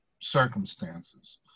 circumstances